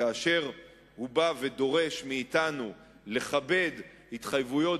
כאשר הוא בא ודורש מאתנו לכבד התחייבויות